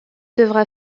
devra